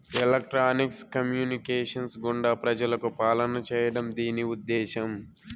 electronics communications గుండా ప్రజలకు పాలన చేయడం దీని ఉద్దేశం